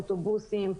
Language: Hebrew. אוטובוסים,